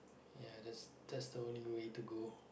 ya that's that's the only way to go